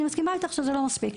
אני מסכימה איתך שזה לא מספיק.